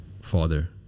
father